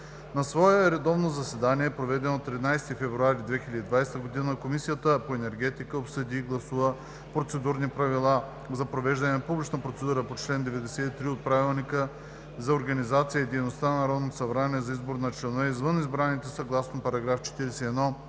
На свое редовно заседание, проведено на 13 февруари 2020 г., Комисията по енергетика обсъди и гласува Процедурни правила за провеждане на публична процедура по чл. 93 от Правилника за организацията и дейността на Народното събрание за избор на членове извън избраните съгласно § 41